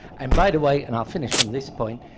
and, by the way, and i'll finish on this point,